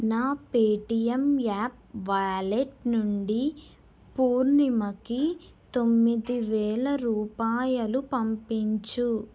నా Paytm app wallet నుండి పూర్ణిమకి తొమ్మిది వేల రూపాయలు పంపించు